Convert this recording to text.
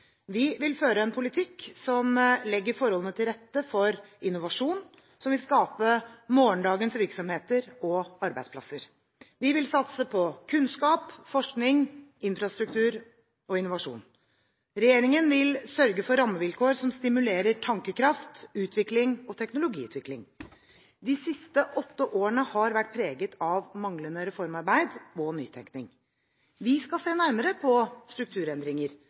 Vi vil føre en politikk som legger forholdene til rette for innovasjon, som vil skape morgendagens virksomheter og arbeidsplasser. Vi vil satse på kunnskap, forskning, infrastruktur og innovasjon. Regjeringen vil sørge for rammevilkår som stimulerer tankekraft, utvikling og teknologiutvikling. De siste åtte årene har vært preget av manglende reformarbeid og nytenkning. Vi skal se nærmere på strukturendringer